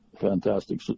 fantastic